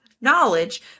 knowledge